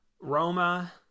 Roma